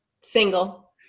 single